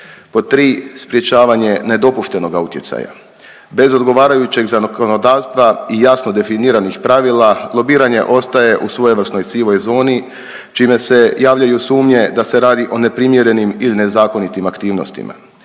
Pod 3, sprječavanje nedopuštenoga utjecaja. Bez odgovarajućeg zakonodavstva i jasno definiranih pravila, lobiranje ostaje u svojevrsnoj sivoj zoni, čime se javljaju sumnje da se radi o neprimjerenim ili nezakonitim aktivnostima.